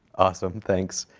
awesome, thanks.